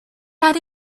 had